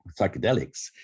psychedelics